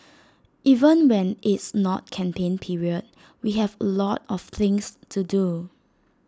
even when it's not campaign period we have lot of things to do